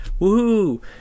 Woohoo